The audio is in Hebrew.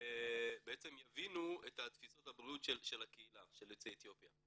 שבעצם יבינו את תפיסות הבריאות של קהילת יוצאי אתיופיה.